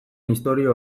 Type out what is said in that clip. historia